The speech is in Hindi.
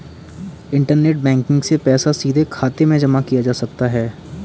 इंटरनेट बैंकिग से पैसा सीधे खाते में जमा किया जा सकता है